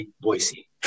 Boise